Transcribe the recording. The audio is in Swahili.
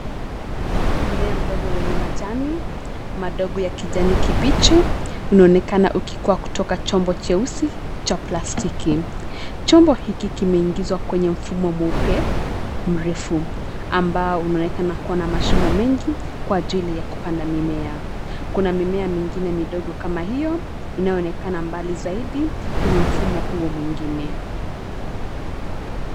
Mmea mdogo wenye majani madogo ya kijani kibichi. Unaonekana ukikua kutoka chombo cheusi cha plastiki. Chombo hiki kimeingizwa kwenye mfumo mweupe mrefu, ambao unaonekana kuwa na mashimo mengi kwa ajili ya kupanda mimea. Kuna mimea mingine midogo kama hiyo inayoonekana mbali zaidi kwenye mfumo huo mwingine.